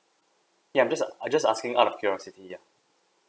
ya I'm just I just asking out of curiosity yeah